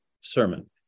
sermon